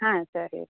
ಹಾಂ ಸರಿ ರೀ